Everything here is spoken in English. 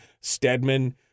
Stedman